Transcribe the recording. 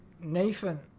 Nathan